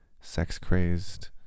sex-crazed